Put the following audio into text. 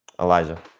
Elijah